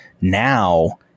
now